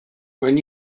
when